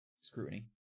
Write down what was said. scrutiny